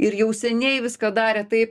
ir jau seniai viską darė taip